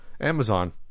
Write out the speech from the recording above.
Amazon